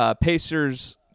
Pacers